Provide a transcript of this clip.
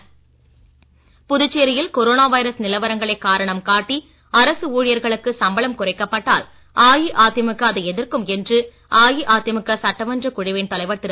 அன்பழகன் புதுச்சேரியில் corona virus நிலவரங்களை காரணம் காட்டி அரசு ஊழியர்களுக்கு சம்பளம் குறைக்கப்பட்டால் அஇஅதிமுக அதை எதிர்க்கும் என்று அஇஅதிமுக சட்டமன்ற குழுவின் தலைவர் திரு